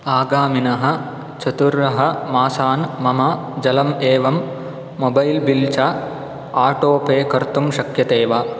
आगामिनः चतुरः मासान् मम जलम् एवं मोबैल् बिल् च आटो पे कर्तुं शक्यते वा